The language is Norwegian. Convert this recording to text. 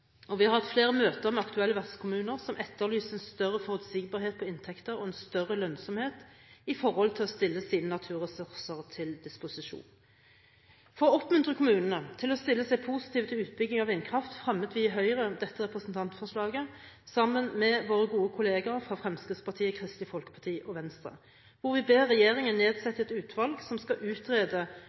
side. Vi har hatt flere møter med aktuelle vertskommuner som etterlyser en større forutsigbarhet på inntekter, og en større lønnsomhet, med hensyn til det å stille sine naturressurser til disposisjon. For å oppmuntre kommunene til å stille seg positive til utbygging av vindkraft, fremmer vi i Høyre dette representantforslaget sammen med våre gode kolleger fra Fremskrittspartiet, Kristelig Folkeparti og Venstre. I forslaget ber vi regjeringen nedsette et utvalg som skal utrede